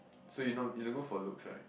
so you don't you don't go for looks right